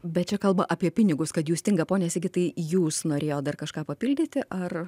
bet čia kalba apie pinigus kad jų stinga pone sigitai jūs norėjot dar kažką papildyti ar